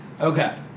Okay